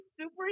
super